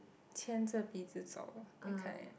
牵着鼻子走 that kind